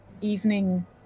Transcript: evening